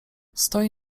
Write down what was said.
stoi